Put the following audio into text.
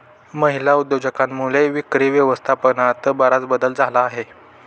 महिला उद्योजकांमुळे विक्री व्यवस्थापनात बराच बदल झाला आहे